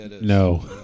No